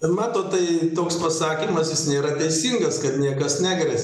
matot tai toks pasakymas jis nėra teisingas kad niekas negresia